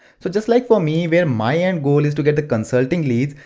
so just like for me, where my end goal is to get the consulting leads,